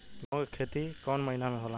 गेहूं के खेती कौन महीना में होला?